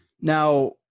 Now